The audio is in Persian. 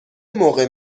موقع